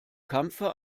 kampfe